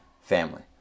family